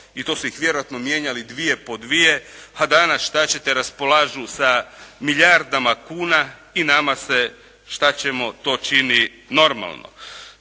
I to su ih mijenjali dvije po dvije, a danas, šta ćete raspolažu sa milijardama kuna i nama se, šta ćemo to čini normalno.